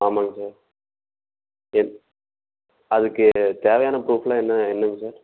ஆமாம்ங்க சார் அதுக்கு தேவையான பொருட்கள்லாம் என்ன என்னது சார்